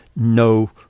No